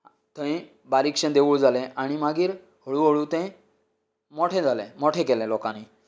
थंय बारीकशें देवूळ जालें आनी मागीर व्हळू व्हळू तें मोठें जाले मोठें केले लोकांनी